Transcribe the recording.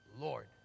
Lord